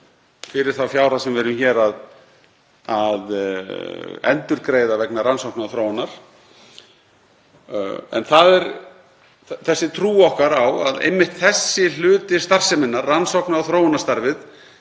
fyrir þá fjárhæð sem við erum hér að endurgreiða vegna rannsókna og þróunar. En það er þessi trú okkar á að einmitt þessi hluti starfseminnar, rannsóknar- og þróunarstarfið,